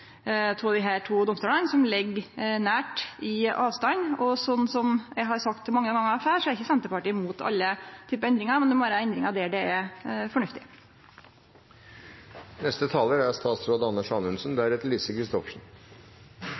to domstolane som ligg nær kvarandre i avstand, og som eg har sagt mange gonger før, er ikkje Senterpartiet imot alle typar endringar, men det må vere endringar der det er